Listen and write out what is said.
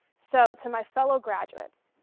so to my fellow graduates,